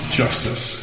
justice